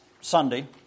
Sunday